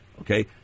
okay